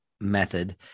method